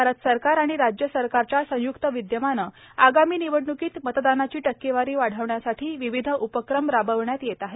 भारत सरकार आणि राज्य सरकारच्या संयुक्त विदयमानं आगामी निवडणुकीत मतदानाची टक्केवारी वाढविण्यासाठी विविध उपक्रम राबविण्यात येत आहेत